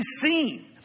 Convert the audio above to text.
seen